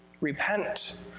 Repent